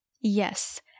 Yes